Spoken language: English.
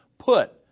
put